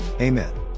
Amen